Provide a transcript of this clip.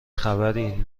خبری